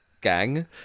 gang